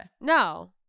no